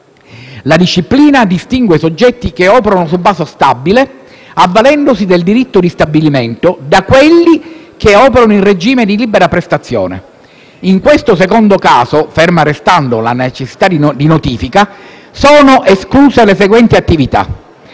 La disciplina distingue i soggetti che operano su base stabile, avvalendosi del diritto di stabilimento, da quelli che operano in regime di libera prestazione. In questo secondo caso, ferma restando la necessità di notifica, sono escluse le seguenti attività: